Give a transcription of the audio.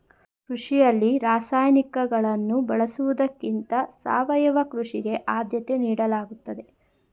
ಕೃಷಿಯಲ್ಲಿ ರಾಸಾಯನಿಕಗಳನ್ನು ಬಳಸುವುದಕ್ಕಿಂತ ಸಾವಯವ ಕೃಷಿಗೆ ಆದ್ಯತೆ ನೀಡಲಾಗುತ್ತದೆ